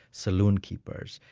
saloon keepers,